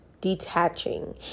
detaching